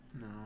No